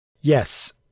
yes